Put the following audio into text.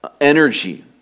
energy